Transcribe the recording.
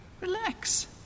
Relax